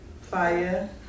Fire